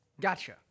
Gotcha